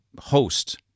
host